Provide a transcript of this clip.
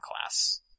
class